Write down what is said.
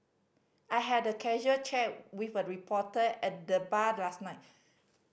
I had a casual chat with a reporter at the bar last night